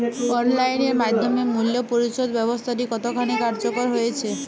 Online এর মাধ্যমে মূল্য পরিশোধ ব্যাবস্থাটি কতখানি কার্যকর হয়েচে?